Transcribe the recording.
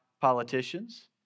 politicians